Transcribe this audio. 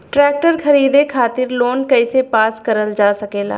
Tractor खरीदे खातीर loan कइसे पास करल जा सकेला?